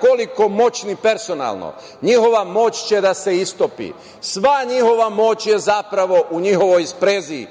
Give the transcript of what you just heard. koliko moćni personalno njihova moć će da se istopi. Sva njihova moć je u njihovoj sprezi